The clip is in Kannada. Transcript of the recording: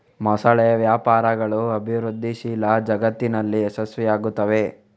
ಮೊಸಳೆ ವ್ಯಾಪಾರಗಳು ಅಭಿವೃದ್ಧಿಶೀಲ ಜಗತ್ತಿನಲ್ಲಿ ಯಶಸ್ವಿಯಾಗುತ್ತವೆ